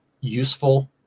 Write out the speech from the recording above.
useful